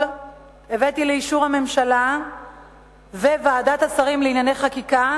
הבאתי לאישור הממשלה וועדת השרים לענייני חקיקה